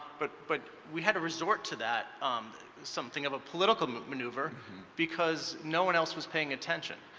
but but we had to resort to that something of a political maneuver because no one else was paying attention.